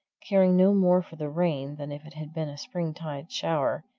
caring no more for the rain than if it had been a springtide shower,